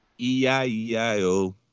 E-I-E-I-O